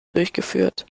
durchgeführt